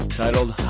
titled